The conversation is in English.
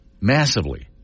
massively